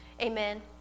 Amen